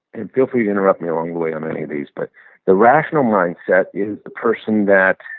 and feel free to interrupt me along the way on any of these, but the rational mindset is the person that,